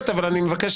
הבהרה.